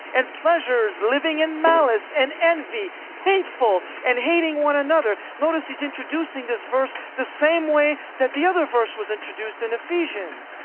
and pleasures, living in malice and envy, hateful, and hating one another. notice he's introducing this verse the same way that the other verse was introduced in ephesians.